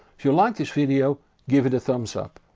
if you liked this video, give it a thumbs up.